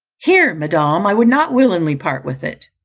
here, madam. i would not willingly part with it.